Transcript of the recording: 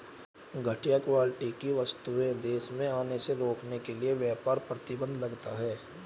घटिया क्वालिटी की वस्तुएं देश में आने से रोकने के लिए व्यापार प्रतिबंध लगता है